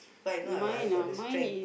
for I know I I got the strength